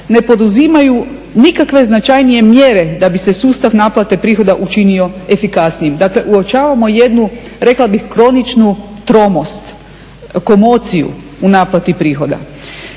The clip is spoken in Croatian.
nepoduzimaju nikakve značajnije mjere da bi se sustav naplate prihoda učinio efikasnijim. Dakle, uočavamo jednu rekla bih kroničnu tromost, komociju u naplati prihoda.